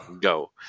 Go